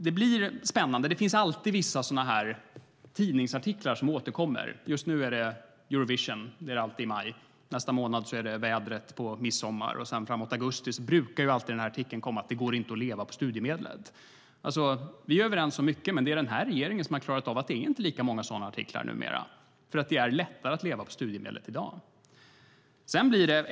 Det blir spännande. Det är vissa tidningsartiklar som alltid återkommer. Just nu är det Eurovision, som alltid i maj. Nästa månad är det vädret i midsommar. Framåt augusti brukar alltid artikeln om att det inte går att leva på studiemedlet komma. Vi är överens om mycket, men det är tack vare den här regeringens åtgärder som det numera inte är lika många sådana artiklar. Det är lättare att leva på studiemedlet i dag.